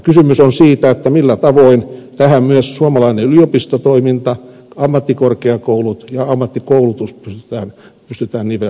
kysymys on siitä millä tavoin tähän myös suomalainen yliopistotoiminta ammattikorkeakoulut ja ammattikoulutus pystytään niveltämään